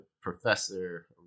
professor